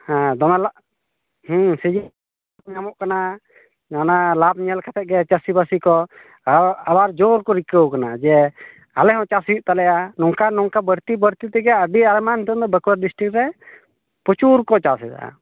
ᱦᱮᱸ ᱫᱚᱢᱮ ᱞᱟᱵᱷ ᱦᱩᱸ ᱥᱤᱡᱤᱱ ᱧᱟᱢᱚᱜ ᱠᱟᱱᱟ ᱚᱱᱟ ᱞᱟᱵᱷ ᱧᱮᱞ ᱠᱟᱛᱮᱜᱮ ᱪᱟᱹᱥᱤ ᱵᱟᱹᱥᱤᱠᱚ ᱟᱵᱟᱨ ᱡᱳᱨᱠᱚ ᱨᱤᱠᱟᱹᱣ ᱠᱟᱱᱟ ᱡᱮ ᱟᱞᱮᱦᱚᱸ ᱪᱟᱹᱥᱤ ᱛᱟᱞᱮᱭᱟ ᱱᱚᱝᱠᱟ ᱱᱚᱝᱠᱟ ᱵᱟᱹᱲᱛᱤ ᱵᱟᱹᱲᱛᱤ ᱛᱮᱜᱮ ᱟᱹᱰᱤ ᱟᱨᱢᱟᱱ ᱛᱮᱫᱚ ᱵᱟᱸᱠᱩᱲᱟ ᱰᱤᱴᱤᱠᱨᱮ ᱯᱨᱚᱪᱩᱨᱠᱚ ᱪᱟᱥᱮᱫᱟ